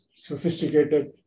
sophisticated